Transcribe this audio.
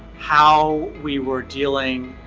how we were dealing,